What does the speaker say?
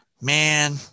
man